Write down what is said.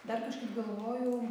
dar kažkaip galvojau